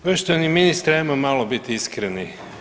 Poštovani ministre ajmo malo biti iskreni.